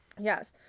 Yes